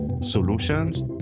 solutions